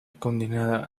condenada